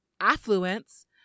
affluence